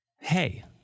Hey